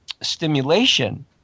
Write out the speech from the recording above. stimulation